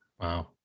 Wow